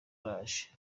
araje